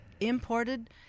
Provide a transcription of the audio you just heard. imported